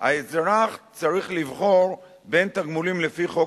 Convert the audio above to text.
האזרח צריך לבחור בין תגמולים לפי חוק